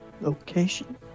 Location